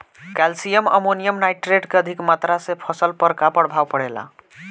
Calcium ammonium nitrate के अधिक मात्रा से फसल पर का प्रभाव परेला?